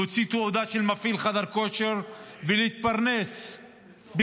להוציא תעודה של מפעיל חדר כושר, ולהתפרנס בכבוד